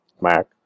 Mac